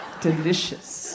Delicious